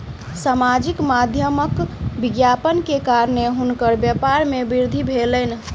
सामाजिक माध्यमक विज्ञापन के कारणेँ हुनकर व्यापार में वृद्धि भेलैन